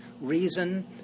reason